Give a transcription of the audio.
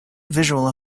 visual